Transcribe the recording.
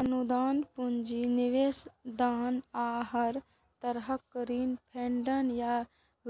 अनुदान, पूंजी निवेश, दान आ हर तरहक ऋण फंडिंग या